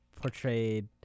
portrayed